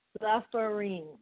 Suffering